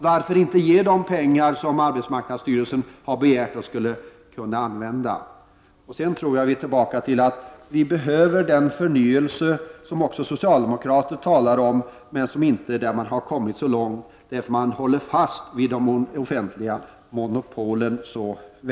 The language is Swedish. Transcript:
Varför inte ge arbetsmarknadsstyrelsen de pengar man begärt? Jag kommer tillbaka till att vi behöver den förnyelse som också socialdemokraterna talar om men där man inte har kommit så långt. Man håller väldigt hårt fast vid de offentliga monopolen.